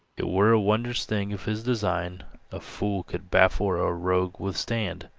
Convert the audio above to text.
it were a wondrous thing if his design a fool could baffle or a rogue withstand!